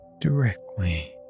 directly